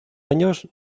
años